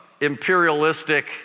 imperialistic